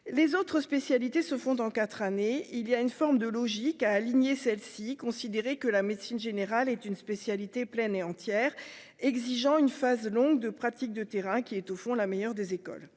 les autres spécialités se font dans 4 années il y a une forme de logique à aligner celle-ci considéré que la médecine générale est une spécialité pleine et entière, exigeant une phase longue de pratiques de terrain qui est au fond la meilleure des écoles,